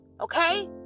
Okay